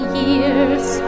years